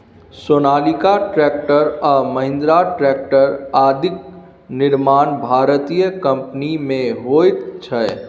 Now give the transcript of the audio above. Sonalika tractor आ Mahindra tractor आदिक निर्माण भारतीय कम्पनीमे होइत छै